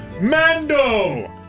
Mando